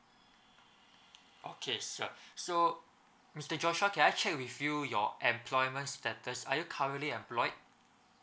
okay sir so mister joshua can I check with you your employment status are you currently employed